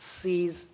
sees